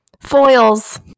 foils